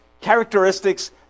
characteristics